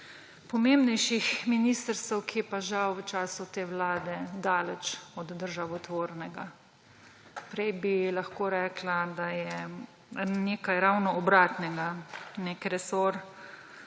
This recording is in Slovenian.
pomembnejših ministrstev, ki je pa žal v času te vlade daleč od državotvornega. Prej bi lahko rekla, da je nekaj ravno obratnega, nek resor